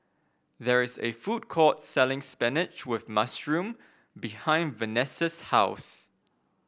there is a food court selling spinach with mushroom behind Venessa's house